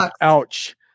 Ouch